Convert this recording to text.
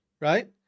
right